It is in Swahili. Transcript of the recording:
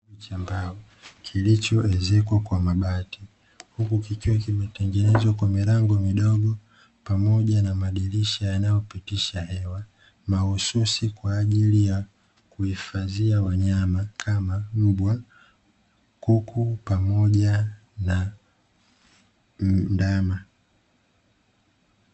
Kibanda cha mbao kilichoezekwa kwa mabati huku kikiwa kimetengenezwa kwa milango midogo pamoja na madirisha yanayopitisha hewa, mahusui kwa ajili ya kuhifadhia wanyama kama mbwa, kuku pamoja na ndama.